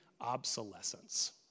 obsolescence